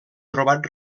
trobat